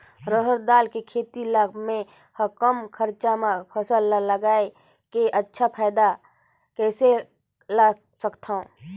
रहर दाल के खेती ला मै ह कम खरचा मा फसल ला लगई के अच्छा फायदा कइसे ला सकथव?